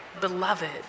beloved